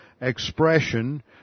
expression